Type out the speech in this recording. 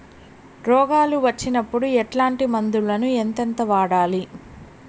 రోగాలు వచ్చినప్పుడు ఎట్లాంటి మందులను ఎంతెంత వాడాలి?